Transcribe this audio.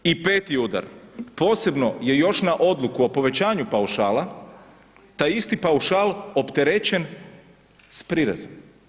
I peti udar, posebno je još na odluku o povećanju paušala, ta isti paušal opterećen s prirezom.